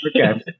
okay